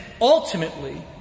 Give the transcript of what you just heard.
ultimately